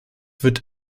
wird